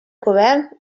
govern